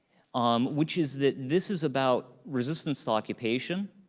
um which is that this is about resistance to occupation.